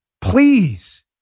Please